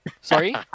Sorry